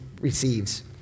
receives